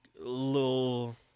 little